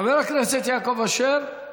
חבר הכנסת יעקב אשר,